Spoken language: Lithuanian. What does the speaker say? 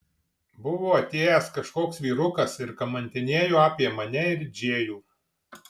buvo atėjęs kažkoks vyrukas ir kamantinėjo apie mane ir džėjų